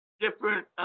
different